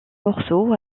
morceau